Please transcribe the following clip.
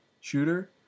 shooter